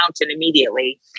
immediately